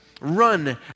Run